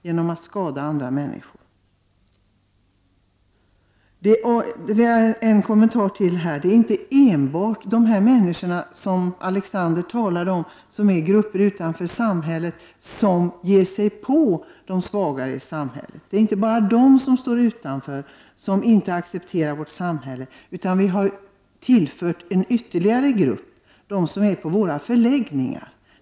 Genom att skada andra människor skadar vi också oss själva. Alexander Chrisopoulos talade också om den grupp som står utanför samhället och som ger sig på de svagare. Det är inte bara denna grupp som inte accepterar reglerna som står utanför samhället, utan det finns ytterligare en grupp: de människor som befinner sig på våra förläggningar.